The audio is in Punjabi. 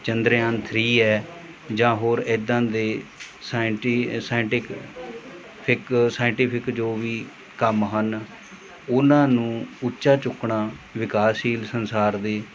ਚੰਦਰਯਾਨ ਥ੍ਰੀ ਹੈ ਜਾਂ ਹੋਰ ਇੱਦਾਂ ਦੇ ਸਾਇੰਟੀ ਸਾਇੰਟਿਕ ਫਿਕ ਸਾਇੰਟੀਫਿਕ ਜੋ ਵੀ ਕੰਮ ਹਨ ਉਹਨਾਂ ਨੂੰ ਉੱਚਾ ਚੁੱਕਣਾ ਵਿਕਾਸਸ਼ੀਲ ਸੰਸਾਰ ਦੇ